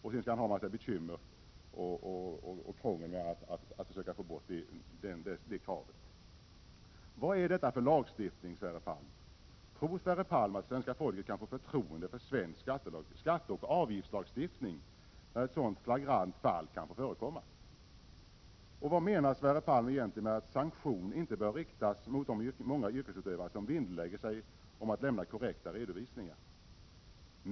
— och sedan får han en massa bekymmer och krångel för att försöka komma ifrån det kravet. Vad är detta för lagstiftning, Sverre Palm? Tror Sverre Palm att svenska folket kan få förtroende för svensk skatteoch avgiftslagstiftning när ett sådant flagrant fall kan få förekomma? Och vad menar Sverre Palm egentligen med att sanktion inte bör riktas mot de många yrkesutövare som vinnlägger sig om att lämna korrekta redovisningar?